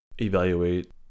evaluate